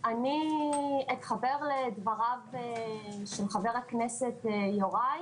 של חבר הכנסת יוראי,